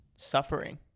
suffering